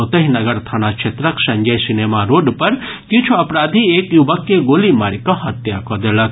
ओतहि नगर थाना क्षेत्रक संजय सिनेमा रोड पर किछु अपराधी एक युवक के गोली मारि कऽ हत्या कऽ देलक